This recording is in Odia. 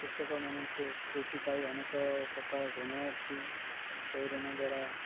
କୃଷକମାନଙ୍କୁ କୃଷି ପାଇଁ ଅନେକ ପ୍ରକାର ଋଣ ଅଛି ସେହି ଋଣ ଦ୍ୱାରା